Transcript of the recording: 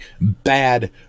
bad